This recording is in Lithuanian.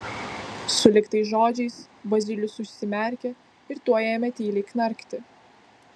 sulig tais žodžiais bazilijus užsimerkė ir tuoj ėmė tyliai knarkti